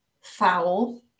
foul